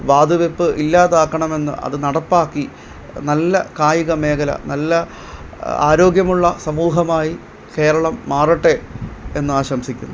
വാത് വെപ്പ് ഇല്ലാതാക്കണമെന്ന് അത് നടപ്പാക്കി നല്ല കായിക മേഖല നല്ല ആരോഗ്യമുള്ള സമൂഹമായി കേരളം മാറട്ടെ എന്നാശംസിക്കുന്നു